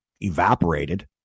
Evaporated